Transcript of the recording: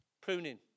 pruning